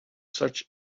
such